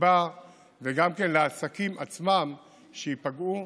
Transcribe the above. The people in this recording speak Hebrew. שנקבע וגם לעסקים עצמם שייפגעו